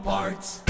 Parts